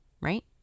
Right